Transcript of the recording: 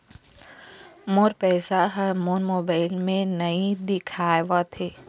मोर पैसा ह मोर मोबाइल में नाई दिखावथे